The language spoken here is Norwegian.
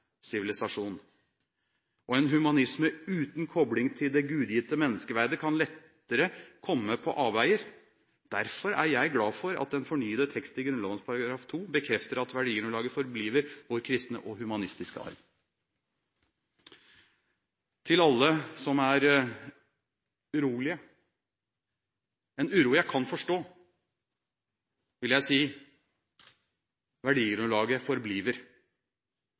En humanisme uten kobling til det gudgitte menneskeverdet kan lettere komme på avveier. Derfor er jeg glad for at den fornyede tekst i Grunnloven § 2 bekrefter at verdigrunnlaget «forbliver» vår kristne og humanistiske arv. Til alle som er urolige – en uro jeg kan forstå – vil jeg si: Verdigrunnlaget